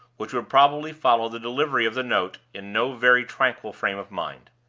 which would probably follow the delivery of the note, in no very tranquil frame of mind.